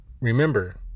remember